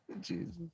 Jesus